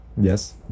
yes